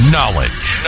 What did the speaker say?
Knowledge